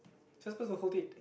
you're supposed to hold it